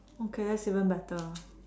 okay that's even better